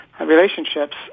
relationships